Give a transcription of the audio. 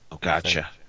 gotcha